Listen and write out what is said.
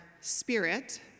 spirit